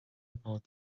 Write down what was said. about